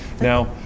Now